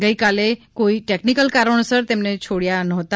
ગઈકાલે કોઈ ટેકનીકલ કારણોસર તેમને છોડયા નહોતા